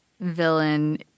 villain